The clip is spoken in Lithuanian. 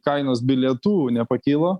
kainos bilietų nepakilo